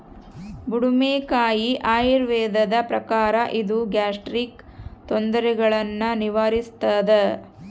ಬುಡುಮೆಕಾಯಿ ಆಯುರ್ವೇದದ ಪ್ರಕಾರ ಇದು ಗ್ಯಾಸ್ಟ್ರಿಕ್ ತೊಂದರೆಗುಳ್ನ ನಿವಾರಿಸ್ಥಾದ